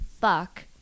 fuck